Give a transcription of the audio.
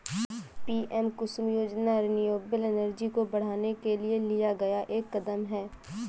PM Kusum योजना renewable energy को बढ़ाने के लिए लिया गया एक कदम है